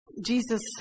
Jesus